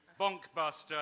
bonkbuster